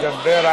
תדבר על החוק.